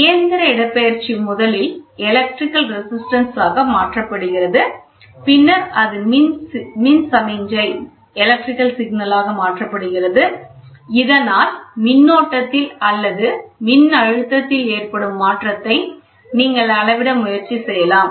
இயந்திர இடப்பெயர்ச்சி முதலில் எலக்ட்ரிக் ரெசிஸ்டன்ஸ் ஆக மாற்றப்படுகிறது பின்னர் அது மின் சமிக்ஞையாக மாற்றப்படுகிறது இதனால் மின்னோட்டத்தில் அல்லது மின்னழுத்தத்தில் ஏற்படும் மாற்றத்தை நீங்கள் அளவிட முயற்சி செய்யலாம்